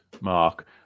mark